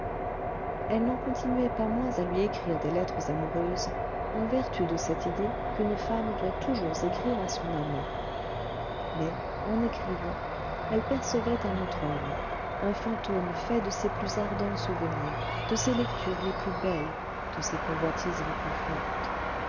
elle n'en continuait pas moins à lui écrire des lettres amoureuses en vertu de cette idée qu'une femme doit toujours écrire à son amant mais en écrivant elle percevait un autre homme un fantôme fait de ses plus ardents souvenirs de ses lectures les plus belles de ses convoitises les plus fortes